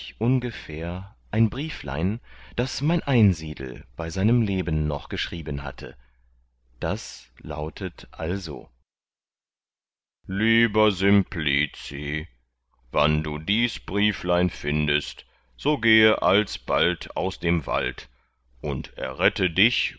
ungefähr ein brieflein das mein einsiedel bei seinem leben noch geschrieben hatte das lautet also lieber simplici wann du dies brieflein findest so gehe alsbald aus dem wald und errette dich